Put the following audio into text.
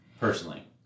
personally